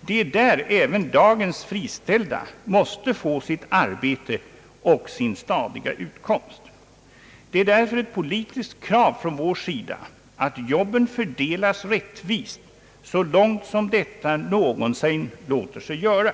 Det är där även dagens friställda måste få sitt arbete och sin stadiga utkomst. Därför är det ett politiskt krav från vår sida, att jobben fördelas rättvist så långt som detta någonsin låter sig göra.